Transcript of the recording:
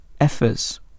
efforts